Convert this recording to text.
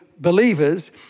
Believers